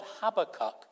Habakkuk